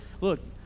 look